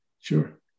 Sure